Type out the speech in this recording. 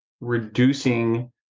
reducing